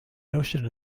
notion